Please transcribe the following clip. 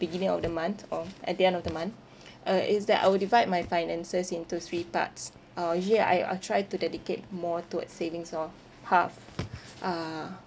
beginning of the month or at the end of the month uh is that I will divide my finances into three parts uh usually I I'll try to dedicate more towards savings or half uh